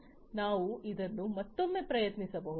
ಆದ್ದರಿಂದ ನಾವು ಇದನ್ನು ಮತ್ತೊಮ್ಮೆ ಪ್ರಯತ್ನಿಸಬಹುದು